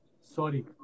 sorry